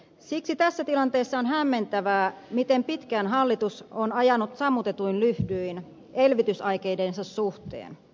siksi tässä tilanteessa on hämmentävää miten pitkään hallitus on ajanut sammutetuin lyhdyin elvytysaikeidensa suhteen